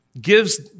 gives